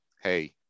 hey